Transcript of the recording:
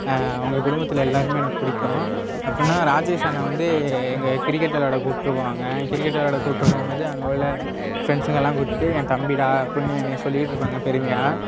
அவங்க குடும்பத்தில் எல்லோருமே எனக்கு பிடிக்கும் எப்படின்னா ராஜேஷ் அண்ணன் வந்து இங்கே கிரிக்கெட் விளையாட கூப்பிட்டு போவாங்க கிரிக்கெட் விளையாட கூப்பிட்டு போகும்போது அங்கே உள்ள ஃப்ரெண்ட்ஸுங்கெல்லாம் கூட்டுட்டு என் தம்பிடா அப்புடின்னு என்னை சொல்லிக்கிட்டு இருப்பாங்க பெருமையாக